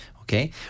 Okay